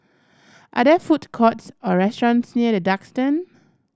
are there food courts or restaurants near The Duxton